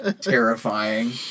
terrifying